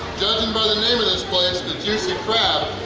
judging by the name of this place, the juicy crab,